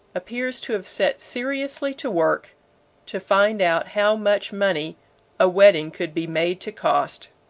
appears to have set seriously to work to find out how much money a wedding could be made to cost.